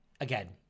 Again